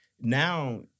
now